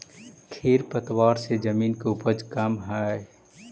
खेर पतवार से जमीन के उपज कमऽ हई